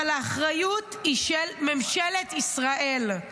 אבל האחריות היא של ממשלת ישראל.